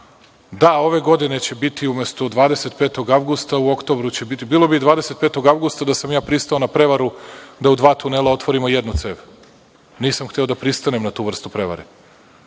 Da, ove godine će biti, umesto 25. avgusta, u oktobru. Bilo bi i 25. avgusta, da sam ja pristao na prevaru da u dva tunela otvorimo jednu cev. Nisam hteo da pristanem na tu vrstu prevare